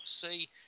see